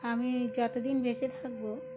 আমি যত দিন বেঁচে থাকব